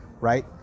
right